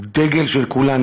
דגל של כולנו.